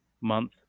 month